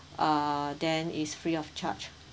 uh then is free of charge